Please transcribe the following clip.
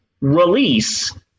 release